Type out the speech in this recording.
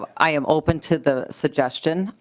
but i'm open to the suggestion.